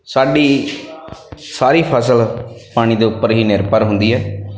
ਸਾਡੀ ਸਾਰੀ ਫਸਲ ਪਾਣੀ ਦੇ ਉੱਪਰ ਹੀ ਨਿਰਭਰ ਹੁੰਦੀ ਹੈ